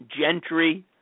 Gentry